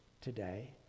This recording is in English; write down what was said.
today